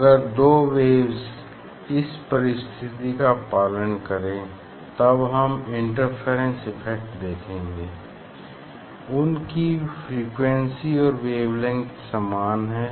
अगर दो वेव्स इस परिस्थिति का पालन करे तब हम इंटरफेरेंस इफ़ेक्ट देखेंगे उनकी फ्रीक्वेंसी और वेवलैंग्थ सामान हैं